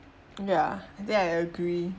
ya that I agree